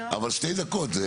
אבל שתי דקות.